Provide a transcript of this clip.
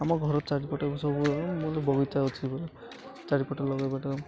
ଆମ ଘର ଚାରିପଟେ ଏସବୁ ମୋ ବଗିଚା ଅଛି ଚାରିପଟେ ଲଗେଇବାଟ